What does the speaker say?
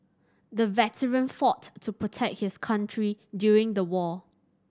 the veteran fought to protect his country during the war